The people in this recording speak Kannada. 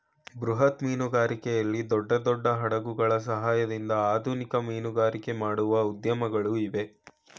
ಬೃಹತ್ ಮೀನುಗಾರಿಕೆಯಲ್ಲಿ ದೊಡ್ಡ ದೊಡ್ಡ ಹಡಗುಗಳ ಸಹಾಯದಿಂದ ಆಧುನಿಕ ಮೀನುಗಾರಿಕೆ ಮಾಡುವ ಉದ್ಯಮಗಳು ಇವೆ